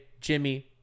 Jimmy